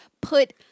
put